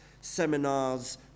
seminars